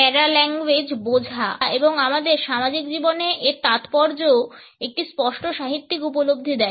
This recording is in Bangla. প্যারাভাষা বোঝা এবং আমাদের সামাজিক জীবনে এর তাৎপর্যও আমাদের একটি স্পষ্ট সাহিত্যিক উপলব্ধি দেয়